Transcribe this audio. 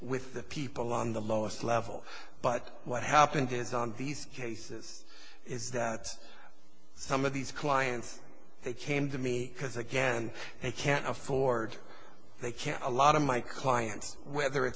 with the people on the lowest level but what happened is on these cases is that some of these clients came to me because again they can't afford they can't a lot of my clients whether